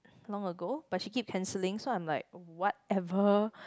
long ago but she keep canceling so I was like whatever